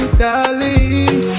darling